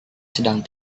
sedang